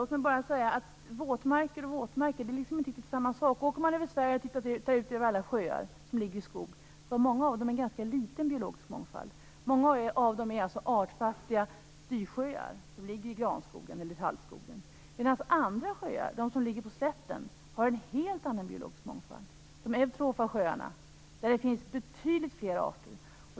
Låt mig då bara säga att våtmarker och våtmarker inte alltid är samma sak. Åker man genom Sverige och tittar på de sjöar som ligger i skog finner man att många av dem har en ganska liten biologisk mångfald. Många av dem är artfattiga dysjöar som ligger i gran eller tallskogen, medan andra sjöar, de som ligger på slätten, har en helt annan biologisk mångfald - de eutrofa sjöarna, där det finns betydligt fler arter.